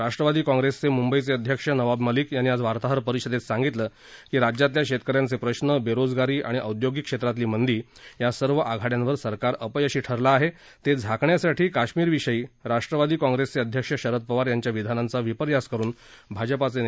राष्ट्रवादी काँग्रेसचे म्ंबई अध्यक्ष नवाब मलिक यांनी आज वार्ताहर परिषदेत सांगितलं की राज्यातल्या शेतक यांचे प्रश्न बेरोजगारी आणि औद्योगिक क्षेत्रातली मंदी या सर्व आघाड्यांवर सरकार अपयशी ठरलं आहे ते झाकण्यासाठी काश्मिरविषयी राष्ट्रवादी काँग्रेसचे अध्यक्ष शरद पवार यांच्या विधानांचा विपर्यास करुन भाजपाचे नेते जनतेची दिशाभूल करत आहेत